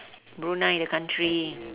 brunei the country